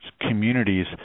communities